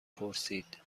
پرسید